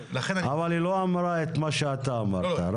אבל היא לא אמרה את מה שאתה אמרת.